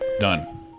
done